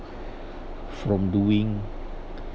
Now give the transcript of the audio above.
from doing